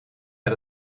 met